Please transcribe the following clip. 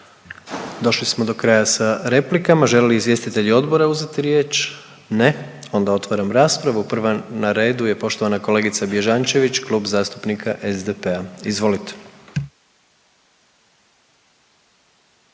Došli smo do kraja sa replikama. Žele li izvjestitelji odbora uzeti riječ? Ne. Onda otvaram raspravu, prva na redu je poštovana kolegica Bježančević, Klub zastupnika SDP-a. Izvolite.